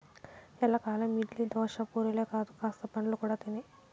ఎల్లకాలం ఇడ్లీ, దోశ, పూరీలే కాదు కాస్త పండ్లు కూడా తినే